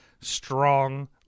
strong